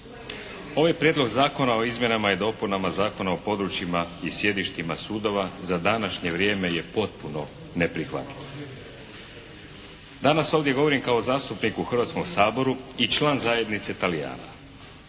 Ovaj Prijedlog zakona o izmjenama i dopunama Zakona o područjima i sjedištima sudova za današnje vrijeme je potpuno neprihvatljiv. Danas ovdje govorim kao zastupnik u Hrvatskom saboru i član Zajednice Talijana.